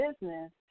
business